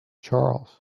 charles